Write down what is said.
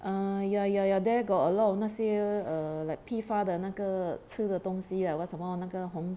err ya ya ya there got a lot of 那些 err like 批发的那个吃的东西 lah 那什么那个红